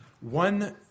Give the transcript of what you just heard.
One